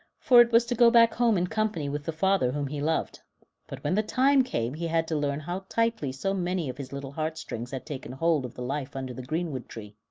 for it was to go back home in company with the father whom he loved but when the time came he had to learn how tightly so many of his little heartstrings had taken hold of the life under the greenwood tree.